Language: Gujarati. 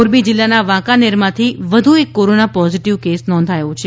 મોરબી જીલ્લાના વાંકાનેરમાંથી વધુ એક કોરોના પોઝીટીવ કેસ નોંધાયો છે